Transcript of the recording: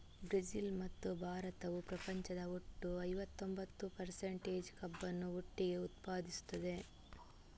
Brazil ಮತ್ತು ಭಾರತವು ಪ್ರಪಂಚದ ಒಟ್ಟು ಐವತ್ತೊಂಬತ್ತು ಪರ್ಸಂಟೇಜ್ ಕಬ್ಬನ್ನು ಒಟ್ಟಿಗೆ ಉತ್ಪಾದಿಸುತ್ತದೆ